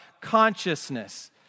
consciousness